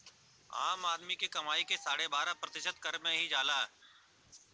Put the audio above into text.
आम आदमी क कमाई क साढ़े बारह प्रतिशत कर में ही जाला